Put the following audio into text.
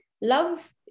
love